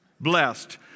blessed